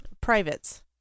privates